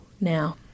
now